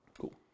Cool